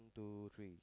two three